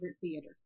theater